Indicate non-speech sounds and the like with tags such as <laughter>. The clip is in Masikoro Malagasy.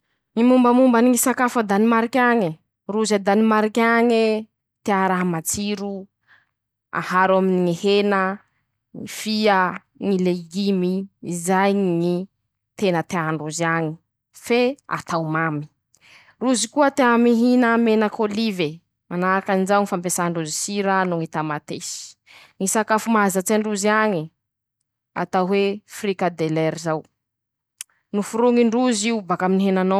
Ñy mombamombany ñy sakafo a Danimarik'añy: Rozy a Danimariky añe, tea raha matsiro, <shushes> aharo aminy ñy hena, <shushes> ñy fia, ñy legimy zay ñy tena tea ndrozy añy fe atao mamy, <shushes> rozy koa tea mihina menaky ôlive, manahakan'izao ñy fampiasà ndrozy sira noho ñy tamatesy, ñy sakafo mahazatsy <shushes> androzy añe, atao hoe firikadelery zao,5 noforoñy ndrozy bak'aminy ñy.